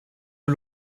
que